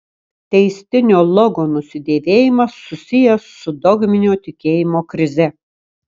teistinio logo nusidėvėjimas susijęs su dogminio tikėjimo krize